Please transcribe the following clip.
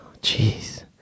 Jeez